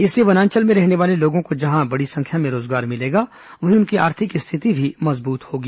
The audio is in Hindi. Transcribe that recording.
इससे वनांचल में रहने वाले लोगों को जहां बड़ी संख्या में रोजगार मिलेगा वहीं उनकी आर्थिक स्थिति भी मजबूत होगी